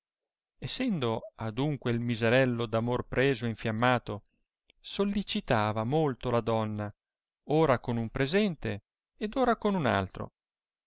essendo adunque il miserello d'amor preso e infiammato sollicitava molto la donna ora con un presente ed ora con un altro